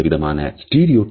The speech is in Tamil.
இந்தவிதமான stereotypes